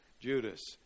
Judas